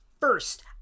First